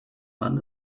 man